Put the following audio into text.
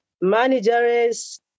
managers